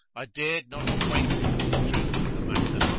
i dared not acquaint thee with the truth of the matter,